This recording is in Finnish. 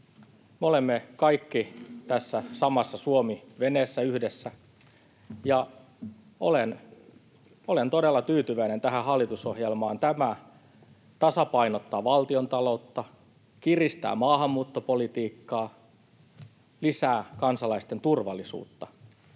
olemme kaikki tässä samassa Suomi-veneessä yhdessä, ja olen todella tyytyväinen tähän hallitusohjelmaan. Tämä tasapainottaa valtiontaloutta, kiristää maahanmuuttopolitiikkaa, lisää kansalaisten turvallisuutta.